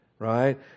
Right